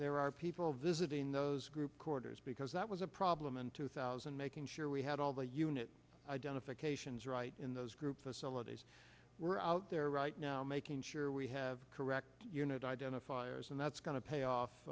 there are people visiting those group corridors because that was a problem in two thousand making sure we had all the unit identifications right in those groups us all of these were out there right now making sure we have correct unit identifiers and that's going to pay off